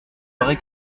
paraît